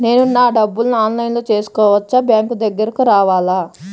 నేను నా డబ్బులను ఆన్లైన్లో చేసుకోవచ్చా? బ్యాంక్ దగ్గరకు రావాలా?